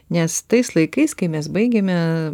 nes tais laikais kai mes baigėme